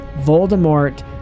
Voldemort